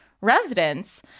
residents